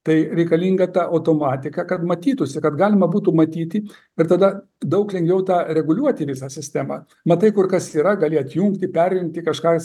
tai reikalinga ta automatika kad matytųsi kad galima būtų matyti ir tada daug lengviau tą reguliuoti visą sistemą matai kur kas yra gali atjungti perjungti kažkas